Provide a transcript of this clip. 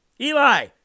Eli